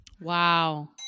Wow